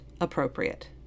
appropriate